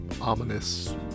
ominous